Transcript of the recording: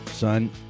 Son